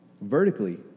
Vertically